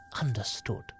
understood